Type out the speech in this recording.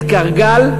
את "קרגל"